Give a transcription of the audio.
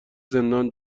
زندان